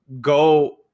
go